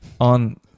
on